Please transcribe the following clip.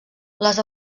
les